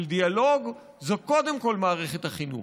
של דיאלוג, זו קודם כול מערכת החינוך.